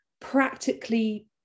practically